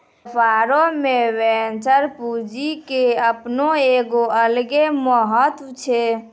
व्यापारो मे वेंचर पूंजी के अपनो एगो अलगे महत्त्व छै